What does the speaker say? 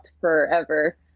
forever